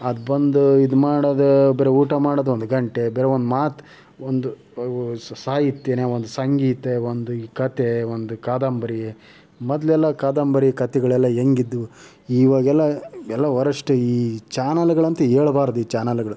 ಅದು ಬಂದು ಇದು ಮಾಡೋದು ಬರೆ ಊಟ ಮಾಡೋದು ಒಂದು ಗಂಟೆ ಬರಿ ಒಂದು ಮಾತು ಒಂದು ಸಾಹಿತ್ಯವೇ ಒಂದು ಸಂಗೀತೆ ಒಂದು ಈ ಕತೆ ಒಂದು ಕಾದಂಬರಿ ಮೊದಲೆಲ್ಲ ಕಾದಂಬರಿ ಕಥೆಗಳೆಲ್ಲಾ ಹೆಂಗಿದ್ವು ಇವಾಗೆಲ್ಲ ಎಲ್ಲ ವರಷ್ಟ್ ಈ ಚಾನೆಲ್ಗಳಂತು ಹೇಳ್ಬಾರ್ದು ಈ ಚಾನೆಲ್ಗಳು